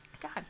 God